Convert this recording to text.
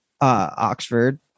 Oxford